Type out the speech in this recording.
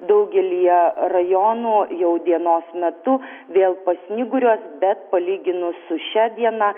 daugelyje rajonų jau dienos metu vėl pasnyguriuos bet palyginus su šia diena